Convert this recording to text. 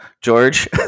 george